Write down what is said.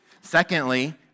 Secondly